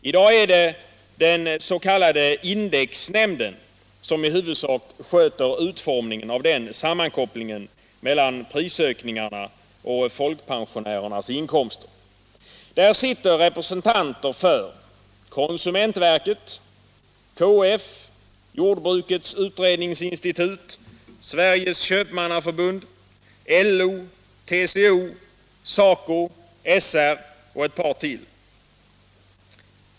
I dag är det den s.k. indexnämnden som i huvudsak sköter utformningen av sammankopplingen mellan prisökningarna och folkpensionärernas inkomster. Där finns representanter för konsumentverket, KF, Jordbrukets utredningsinstitut, Sveriges köpmannaförbund, LO, TCO, SACO/SR m.fl.